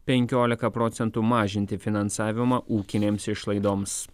penkiolika procentų mažinti finansavimą ūkinėms išlaidoms